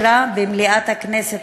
התשנ"ג 1993. הצעת החוק אושרה במליאת הכנסת